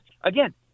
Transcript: again